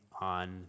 on